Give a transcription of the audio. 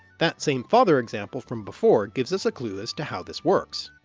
that same father example from before gives us a clue as to how this works.